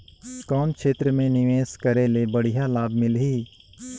कौन क्षेत्र मे निवेश करे ले बढ़िया लाभ मिलही?